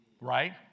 right